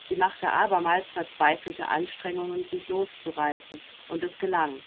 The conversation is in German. sie machte abermals verzweifelte anstrengungen sich loszureißen und es gelang